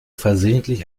versehentlich